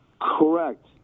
Correct